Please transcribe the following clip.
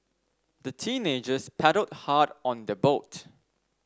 the teenagers paddled hard on their boat